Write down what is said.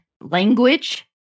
language